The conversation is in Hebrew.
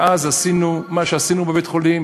ואז עשינו מה שעשינו בבית-החולים: